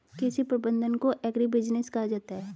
कृषि प्रबंधन को एग्रीबिजनेस कहा जाता है